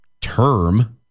term